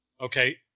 okay